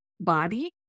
body